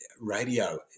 radio